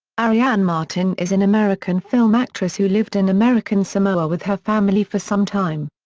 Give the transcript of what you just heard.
arianne martin is an american film actress who lived in american samoa with her family for some time.